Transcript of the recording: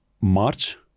March